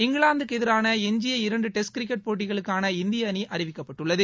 இங்கிலாந்துக்கு எதிராள எஞ்சிய இரண்டு டெஸ்ட் கிரிக்கெட் போட்டிக்களுக்கான இந்திய அணி அறிவிக்கப்பட்டுள்ளது